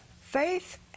faith